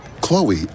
Chloe